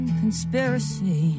conspiracy